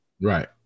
right